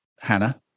Hannah